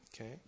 Okay